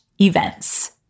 events